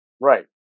Right